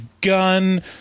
gun